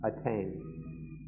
attain